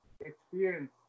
experience